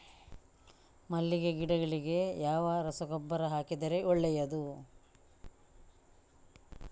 ಮಲ್ಲಿಗೆ ಗಿಡಗಳಿಗೆ ಯಾವ ರಸಗೊಬ್ಬರ ಹಾಕಿದರೆ ಒಳ್ಳೆಯದು?